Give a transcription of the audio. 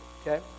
okay